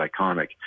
iconic